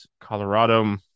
Colorado